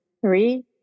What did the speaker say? three